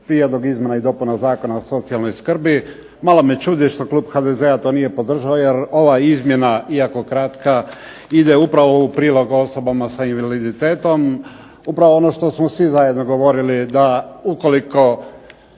Prijedlog izmjena i dopuna Zakona o socijalnoj skrbi. Malo me čudi što klub HDZ-a to nije podržao jer ova izmjena iako kratka ide upravo u prilog osobama sa invaliditetom, upravo ono što smo svi zajedno govorili da ukoliko